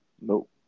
Nope